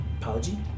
apology